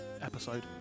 episode